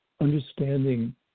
understanding